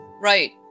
Right